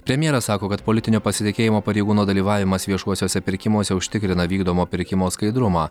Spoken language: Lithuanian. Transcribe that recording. premjeras sako kad politinio pasitikėjimo pareigūno dalyvavimas viešuosiuose pirkimuose užtikrina vykdomo pirkimo skaidrumą